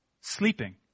sleeping